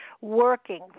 working